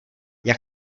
jak